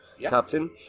captain